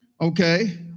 Okay